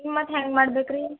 ಮತ್ತೆ ಹ್ಯಾಂಗೆ ಮಾಡ್ಬೇಕು ರೀ